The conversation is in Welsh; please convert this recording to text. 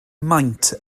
maint